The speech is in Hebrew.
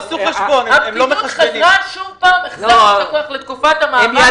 הפקידות חזרה שום פעם לתקופת המאבק...